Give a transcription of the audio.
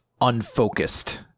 unfocused